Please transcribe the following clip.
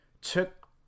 took